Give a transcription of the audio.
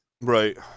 right